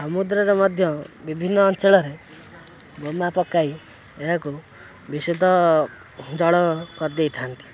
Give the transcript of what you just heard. ସମୁଦ୍ରରେ ମଧ୍ୟ ବିଭିନ୍ନ ଅଞ୍ଚଳରେ ବୋମା ପକାଇ ଏହାକୁ ବିଶୁଦ୍ଧ ଜଳ କରିଦେଇଥାନ୍ତି